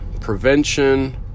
prevention